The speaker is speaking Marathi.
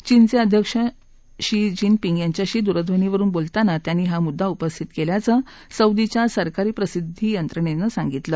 चीनचे अध्यक्ष झी जिनपिग यांच्याशी दूरध्वनीवरुन बोलताना त्यांनी हा मुद्दा उपस्थित केल्याचं सौदीच्या सरकारी प्रसिद्धी यंत्रणेनं सांगितलं